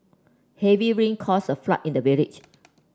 heavy rain caused a flood in the village